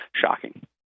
shocking